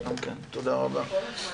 תודה רבה.